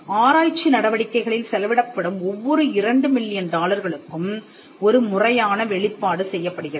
ஆராய்ச்சி நடவடிக்கைகளில் செலவிடப்படும் ஒவ்வொரு இரண்டு மில்லியன் டாலர்களுக்கும் ஒரு முறையான வெளிப்பாடு செய்யப்படுகிறது